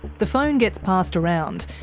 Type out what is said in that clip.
the phone gets passed around.